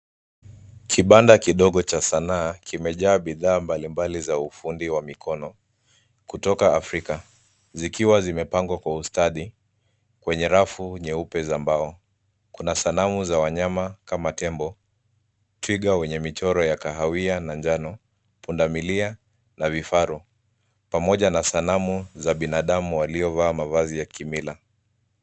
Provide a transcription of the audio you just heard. Kibanda kidogo cha sanaa kimejaa bidhaa mbalimbali za ufundi wa mikono kutoka Afrika, zikiwa zimepangwa kwa ustadi kwenye rafu nyeupe za mbao. Kuna sanamu za wanyama kama tembo, twiga wenye michoro ya kahawia na njano, pundamilia na vifaru pamoja na sanamu za binadamu waliovaa mavazi ya kimila.